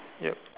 yup